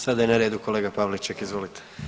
Sada je na redu kolega Pavliček, izvolite.